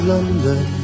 London